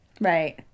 Right